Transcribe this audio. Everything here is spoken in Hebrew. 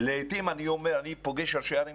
לעיתים אני פוגש ראשי ערים,